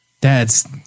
Dad's